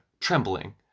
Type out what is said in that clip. trembling